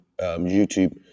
YouTube